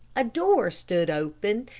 a door stood open,